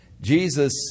Jesus